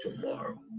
tomorrow